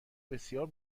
بسیار